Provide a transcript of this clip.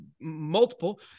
multiple